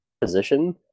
position